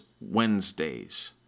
Wednesdays